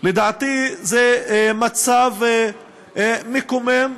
לדעתי, זה מצב מקומם,